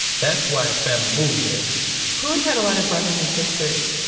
that's why his family moved there phoeun had a lot of brothers and sisters.